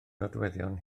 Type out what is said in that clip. nodweddion